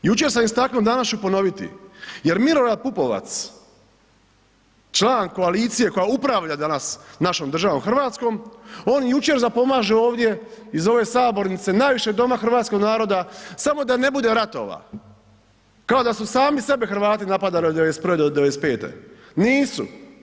Jučer sam istaknuo danas ću ponoviti, jer Milorad Pupovac član koalicije koja upravlja danas našom državom Hrvatskom on jučer zapomaže ovdje iz ove sabornice, najvišeg doma hrvatskog naroda, samo da ne bude ratova, kao da su sami sebe Hrvati napadali od '91. do '95., nisu.